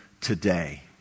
today